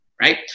right